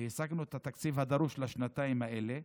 והשגנו את התקציב הדרוש לשנתיים האלה,